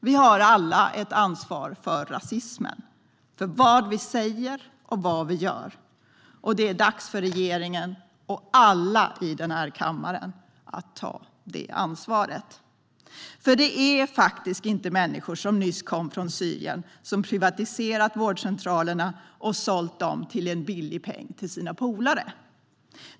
Vi har alla ett ansvar för rasismen - för vad vi säger och för vad vi gör. Det är dags för regeringen och alla i den här kammaren att ta detta ansvar. Det är faktiskt inte människor som nyss har kommit från Syrien som har privatiserat vårdcentralerna och sålt dem för en billig peng till sina polare.